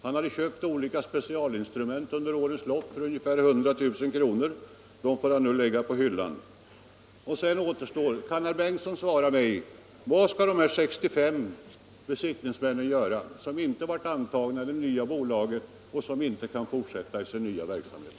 Han hade köpt olika specialinstrument under årens lopp för ungefär 100 000 kr. Dem får han nu lägga på hyllan. Kan herr Bengtsson i Landskrona svara mig: Vad skall de här 65 besiktningsmännen göra, som inte blev antagna i det nya bolaget och som inte kan fortsätta i sin gamla verksamhet?